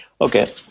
Okay